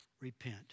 repent